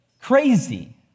crazy